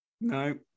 No